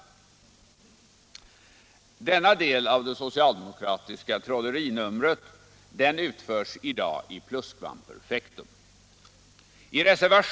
Denna del av det socialdemokratiska trollerinumret utförs i dag i pluskvamperfektum.